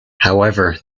however